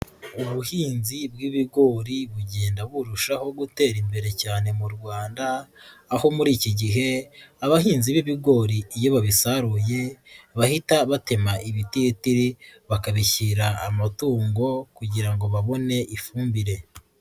Ubuhinzi bw'ibigori bugenda burushaho gutera imbere cyane mu Rwanda, aho muri iki gihe abahinzi b'ibigori iyo babisaruye, bahita batema ibitiritiri bakabishyira amatungo kugira ngo babone ifumbire.